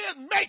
make